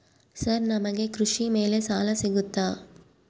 Sir ನಮಗೆ ಕೃಷಿ ಮೇಲೆ ಸಾಲ ಸಿಗುತ್ತಾ?